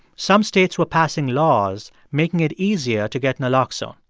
some states were passing laws making it easier to get naloxone.